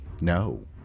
No